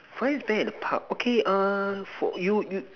for this bear in a pub okay err for you you